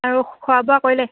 আৰু খোৱা বোৱা কৰিলে